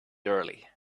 early